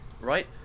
right